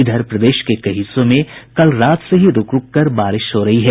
इधर प्रदेश के कई हिस्सों में कल रात से ही रूक रूक कर बारिश हो रही है